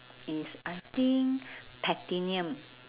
is I think platinum